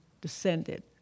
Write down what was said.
descended